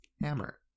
hammer